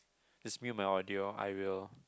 just me and my audio I will